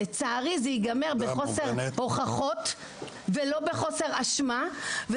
לצערי זה ייגמר בחוסר הוכחות ולא בחוסר אשמה,